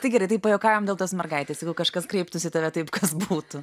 tai gerai tai pajuokaujam dėl tos mergaitės jeigu kažkas kreiptųsi į tave taip kas būtų